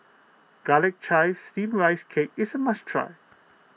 Garlic Chives Steamed Rice Cake is a must try